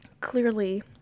Clearly